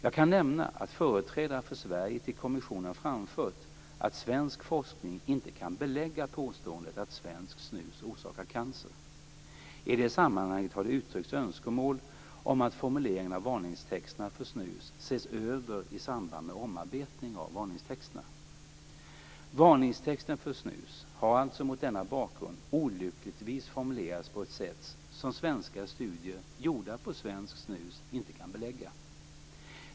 Jag kan nämna att företrädare för Sverige till kommissionen framfört att svensk forskning inte kan belägga påståendet att svenskt snus orsakar cancer. I det sammanhanget har det uttryckts önskemål om att formuleringen av varningstexterna för snus ses över i samband med omarbetningen av varningstexterna. Varningstexten för snus har alltså mot denna bakgrund olyckligtvis formulerats på ett sätt som svenska studier gjorda på svenskt snus inte kan belägga.